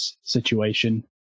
situation